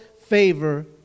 favor